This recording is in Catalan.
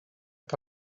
que